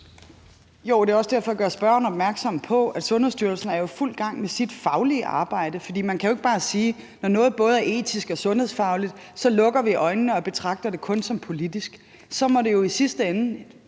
og det er også derfor, jeg gør spørgeren opmærksom på, at Sundhedsstyrelsen er i fuld gang med sit faglige arbejde. For man kan jo ikke bare sige, at når noget både er etisk og sundhedsfagligt, lukker vi øjnene og betragter det som kun politisk. Så må det i sidste ende,